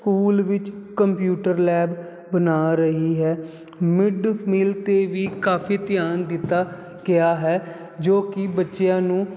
school ਵਿੱਚ computer lab ਬਣਾ ਰਹੀ ਹੈ ਮਿਡ ਮੀਲ ਤੇ ਵੀ ਕਾਫੀ ਧਿਆਨ ਦਿੱਤਾ ਗਿਆ ਹੈ ਜੋ ਕੀ ਬੱਚਿਆਂ ਨੂੰ